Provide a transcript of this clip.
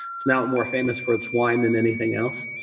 it's now more famous for its wine than anything else.